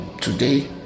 Today